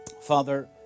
Father